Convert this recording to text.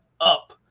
up